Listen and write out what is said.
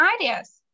ideas